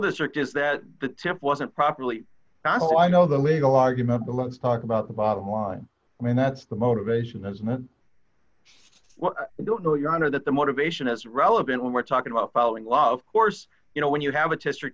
district is that the tip wasn't properly not all i know the legal argument but let's talk about the bottom line i mean that's the motivation as mine well i don't know your honor that the motivation is relevant when we're talking about following law of course you know when you have a to stri